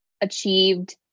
achieved